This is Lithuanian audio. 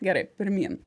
gerai pirmyn